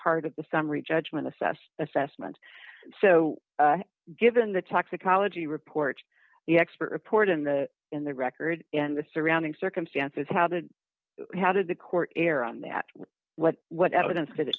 heart of the summary judgment assessed assessment so given the toxicology report the expert report in the in the record and the surrounding circumstances how the how did the court err on that what what